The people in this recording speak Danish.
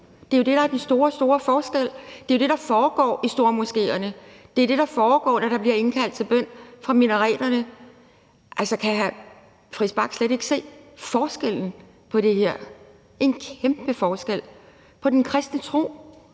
Det er jo det, der er den store – store – forskel. Det er jo det, der foregår i stormoskéerne, det er det, der foregår, når der bliver indkaldt til bøn fra minareterne. Altså, kan hr. Christian Friis Bach slet ikke se forskellen på det her? Der er en kæmpe forskel i forhold til den kristne tro,